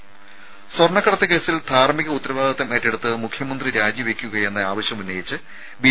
രുമ സ്വർണ്ണക്കടത്ത് കേസിൽ ധാർമിക ഉത്തരവാദിത്വം ഏറ്റെടുത്ത് മുഖ്യമന്ത്രി രാജിവെക്കുക എന്ന ആവശ്യമുന്നയിച്ച് ബി